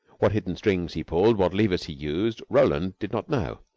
what hidden strings he pulled, what levers he used, roland did not know.